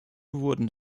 wurden